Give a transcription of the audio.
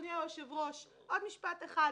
ברשותך.